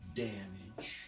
damage